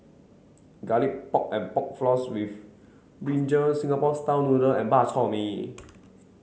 garlic pork and pork floss with Brinjal Singapore style noodle and Bak Chor Mee